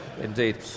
Indeed